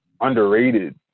underrated